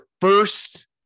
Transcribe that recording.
first